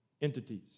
entities